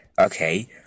okay